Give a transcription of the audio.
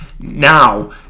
Now